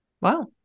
Wow